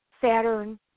Saturn